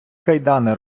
кайдани